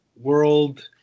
world